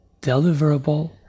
deliverable